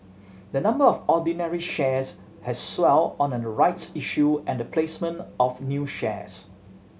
the number of ordinary shares has swelled on a rights issue and the placement of new shares